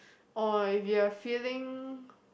or if you are feeling